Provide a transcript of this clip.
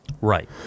Right